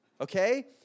Okay